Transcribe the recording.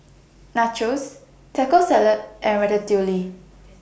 Nachos Taco Salad and Ratatouille